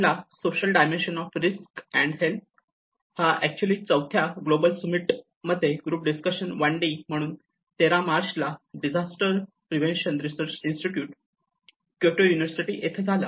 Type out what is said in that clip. पहिला social dimension of risk and health हा actually चौथ्या ग्लोबल सुमित मध्ये ग्रुप डिस्कशन 1D म्हणून 13 मार्चला disaster prevention research institute Kyoto university येथे झाला